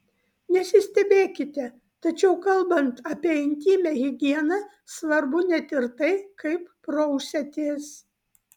nesistebėkite tačiau kalbant apie intymią higieną svarbu net ir tai kaip prausiatės